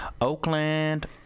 Oakland